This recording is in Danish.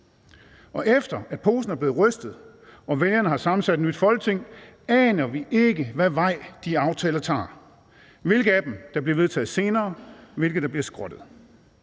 Efter posen er blevet rystet og vælgerne har sammensat et nyt Folketing, aner vi ikke, hvilken vej de aftaler tager, hvilke af dem der bliver vedtaget senere, og hvilke der bliver skrottet.